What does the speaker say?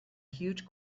huge